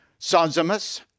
Sosimus